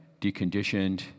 deconditioned